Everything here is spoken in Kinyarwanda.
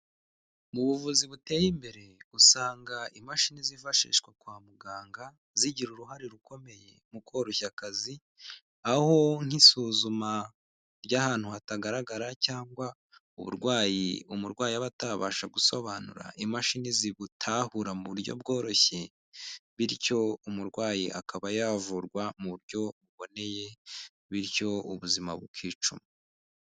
Mu buvuzi buteye imbere, usanga imashini zifashishwa kwa muganga zigira uruhare rukomeye mu koroshya akazi aho nk'isuzuma ry'ahantu hatagaragara cyangwa uburwayi umurwayi aba atabasha gusobanura, imashini zibutahura mu buryo bworoshye bityo umurwayi akaba yavurwa mu buryo buboneye bityo ubuzima bukicuma.